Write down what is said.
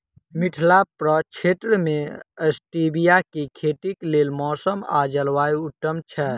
मिथिला प्रक्षेत्र मे स्टीबिया केँ खेतीक लेल मौसम आ जलवायु उत्तम छै?